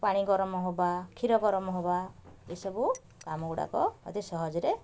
ପାଣି ଗରମ ହେବା କ୍ଷୀର ଗରମ ହେବା ଏସବୁ କାମ ଗୁଡ଼ାକ ଅତି ସହଜରେ